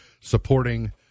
supporting